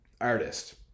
artist